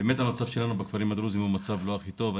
המצב שלנו בכפרים הדרוזים הוא מצב לא הכי טוב.